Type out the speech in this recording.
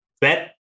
bet